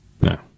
No